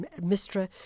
mistra